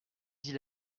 dit